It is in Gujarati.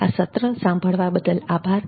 આ સત્ર સાંભળવા બદલ આભાર